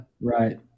right